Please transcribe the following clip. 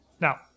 Now